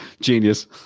Genius